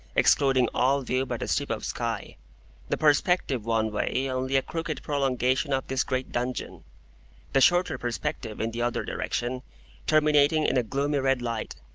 excluding all view but a strip of sky the perspective one way only a crooked prolongation of this great dungeon the shorter perspective in the other direction terminating in a gloomy red light,